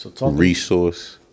resource